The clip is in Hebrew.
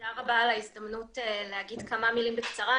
תודה רבה על ההזדמנות להגיד כמה מילים בקצרה.